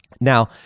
Now